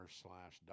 slash